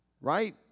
Right